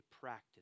practice